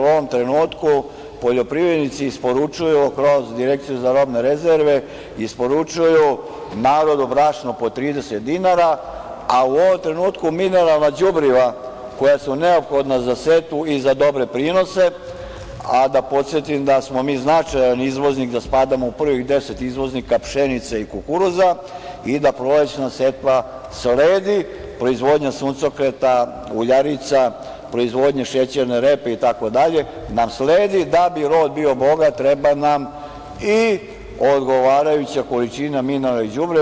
U ovom trenutku poljoprivrednici isporučuju kroz Direkciju za robne rezerve, isporučuju narodu brašno po 30 dinara, a u ovom trenutku mineralna đubriva koja su neophodna za setvu i za dobre prinose, a da podsetim da smo mi značajan izvoznik i da mi spadamo u prvih 10 izvoznika pšenice i kukuruza i da prolećna setva sledi, proizvodnja suncokreta, uljarica, proizvodnja šećerne repe, itd. nam sledi, da bi rod bio bogat treba nam i odgovarajuća količina mineralnog đubriva.